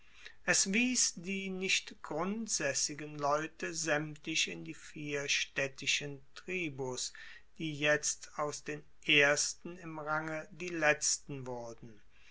es wies die nicht grundsaessigen leute saemtlich in die vier staedtischen tribus die jetzt aus den ersten im range die letzten wurden